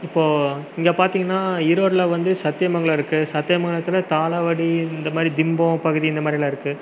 இப்போ இங்கே பார்த்திங்கனா ஈரோடுடில் வந்து சத்தியமங்கலம் இருக்கு சத்தியமங்கலத்தில் தாளவாடி இந்தமாதிரி பிம்போம் பகுதி இந்தமாதிரிலாம் இருக்கு